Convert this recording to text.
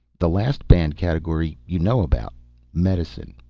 the last banned category you know about medicine.